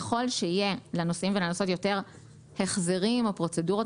ככל שיהיה לנוסעים ולנוסעות יותר החזרים או פרוצדורות